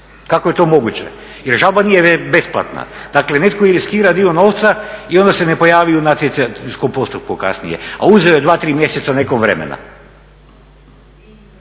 kako je to moguće jer žalba nije besplatna, dakle netko riskira dio novca i onda se ne pojavi u natjecateljskom postupku kasnije, a uzeo je 2, 3 mjeseca nekom vremena.